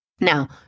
Now